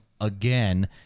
again